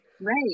right